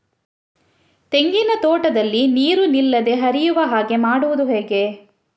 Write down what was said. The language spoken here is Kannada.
ತೆಂಗಿನ ತೋಟದಲ್ಲಿ ನೀರು ನಿಲ್ಲದೆ ಹರಿಯುವ ಹಾಗೆ ಮಾಡುವುದು ಹೇಗೆ?